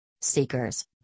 seekers